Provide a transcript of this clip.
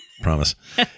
promise